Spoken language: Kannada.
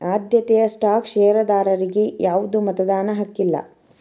ಆದ್ಯತೆಯ ಸ್ಟಾಕ್ ಷೇರದಾರರಿಗಿ ಯಾವ್ದು ಮತದಾನದ ಹಕ್ಕಿಲ್ಲ